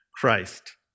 Christ